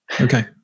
Okay